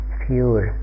fewer